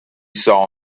saw